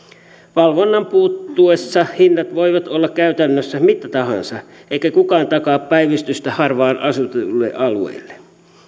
valvonnan puuttuessa hinnat voivat olla käytännössä mitä tahansa eikä kukaan takaa päivystystä harvaan asutetuille alueille